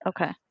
Okay